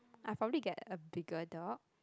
I probably get a bigger dog